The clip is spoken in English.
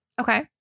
Okay